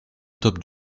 top